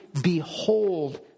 behold